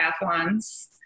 triathlons